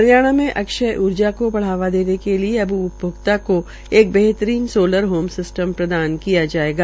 हरियाणा में अक्षय ऊर्जा को बढ़ावा देने के लिए अब उपभोक्ता को एक बेहतरीन सोलर होम सिस्टम प्रदान किया जायेगा